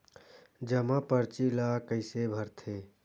जमा परची ल कइसे भरथे?